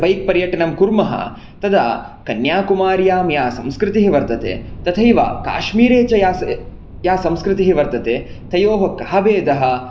bike पर्यटनं कुर्मः तदा कन्याकुमार्यां या संस्कृतिः वर्तते तथैव काश्मीरे च या या संस्कृतिः वर्तते तयोः कः भेदः